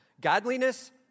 Godliness